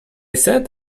said